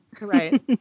right